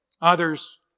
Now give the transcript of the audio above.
Others